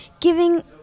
giving